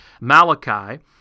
Malachi